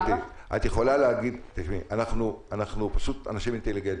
סליחה, גברתי, אנחנו אנשים אינטליגנטים.